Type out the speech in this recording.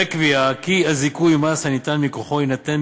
וקביעה כי הזיכוי ממס הניתן מכוחו יינתן